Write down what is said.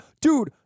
Dude